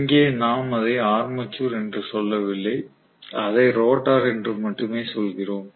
இங்கே நாம் அதை ஆர்மேச்சர் என்று சொல்லவில்லை அதை ரோட்டார் என்று மட்டுமே சொல்கிறோம்